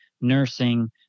nursing